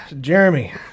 Jeremy